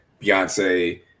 Beyonce